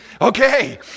Okay